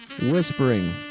Whispering